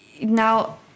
Now